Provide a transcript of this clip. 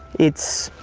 it's